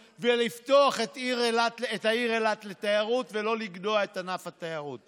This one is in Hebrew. ולפתוח את העיר אילת לתיירות ולא לגדוע את ענף התיירות.